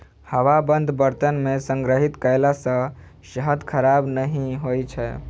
हवाबंद बर्तन मे संग्रहित कयला सं शहद खराब नहि होइ छै